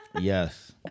Yes